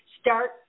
start